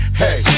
hey